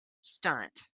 stunt